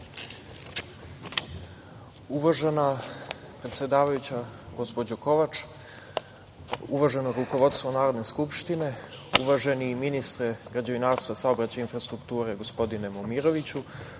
Uvažena predsedavajuća, gospođo Kovač, uvaženo rukovodstvo Narodne skupštine, uvaženi ministre građevinarstva, saobraćaja i infrastrukture gospodine Momiroviću,